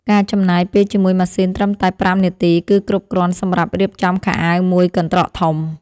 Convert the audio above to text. ការចំណាយពេលជាមួយម៉ាស៊ីនត្រឹមតែប្រាំនាទី គឺគ្រប់គ្រាន់សម្រាប់រៀបចំខោអាវមួយកន្ត្រកធំ។